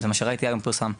זה מה שראיתי שפורסם היום.